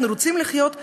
אנחנו רוצים לחיות בשלום,